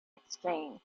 exchange